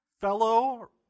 fellow